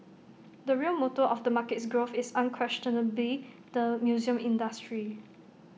the real motor of the market's growth is unquestionably the museum industry